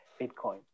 Bitcoin